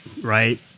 right